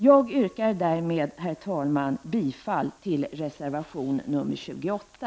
Jag yrkar därmed, herr talman, bifall till reservation 28.